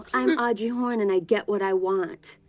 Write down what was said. i'm audrey horne, and i get what i want.